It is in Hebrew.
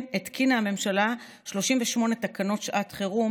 התקינה הממשלה 38 תקנות שעת חירום,